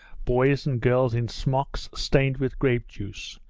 boys and girls in smocks stained with grape-juice,